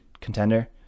contender